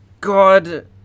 god